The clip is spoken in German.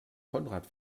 konrad